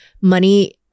money